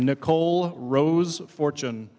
nicole rose fortune